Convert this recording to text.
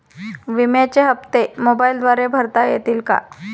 विम्याचे हप्ते मोबाइलद्वारे भरता येतील का?